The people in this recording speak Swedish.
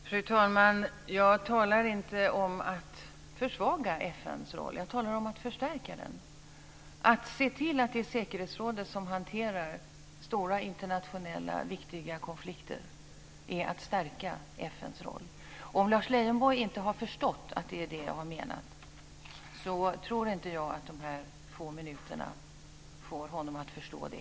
Fru talman! Jag talar inte om att försvaga FN:s roll. Jag talar om att förstärka den. Att se till att det är säkerhetsrådet som hanterar stora internationella viktiga konflikter är att stärka FN:s roll. Om Lars Leijonborg inte har förstått att det är det jag har menat tror jag inte heller att dessa få minuter får honom att förstå det.